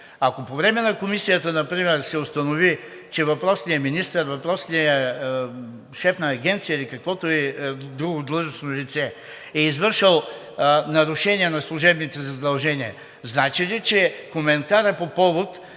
Ако по време на комисията се установи, че въпросният министър, въпросният шеф на агенция или каквото и да е друго длъжностно лице е извършило нарушение на служебните задължения, значи ли, че коментарът по повод